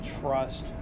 trust